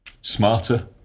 smarter